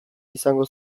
izango